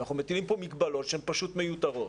אנחנו מטילים פה מגבלות שהן פשוט מיותרות.